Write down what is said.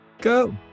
go